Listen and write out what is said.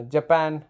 Japan